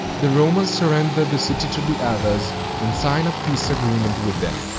the romans surrender the city to the avars and sign a peace agreement with them.